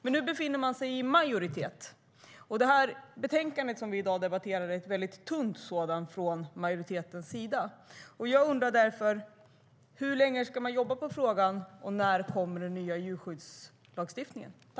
Men nu befinner ni er i majoritet, och betänkandet som vi debatterar i dag är ett väldigt tunt sådant från majoritetens sida.